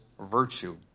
virtue